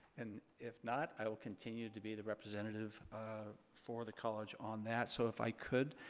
and if not, i will continue to be the representative for the college on that. so if i could,